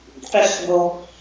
festival